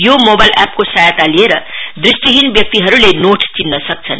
यो मोबाइल एप्सको सहायता लिएर दृष्टिहीन व्यक्तिहरूले नोट चिन्न सक्छन्